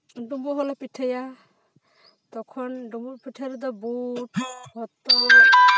ᱰᱩᱢᱵᱩᱜ ᱦᱚᱸᱞᱮ ᱯᱤᱴᱷᱟᱹᱭᱟ ᱛᱚᱠᱷᱚᱱ ᱰᱩᱢᱵᱩᱜ ᱯᱤᱴᱷᱟᱹ ᱨᱮᱫᱚ ᱵᱩᱴ ᱦᱚᱛᱚᱫ